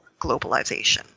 globalization